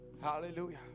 Hallelujah